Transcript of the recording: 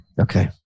Okay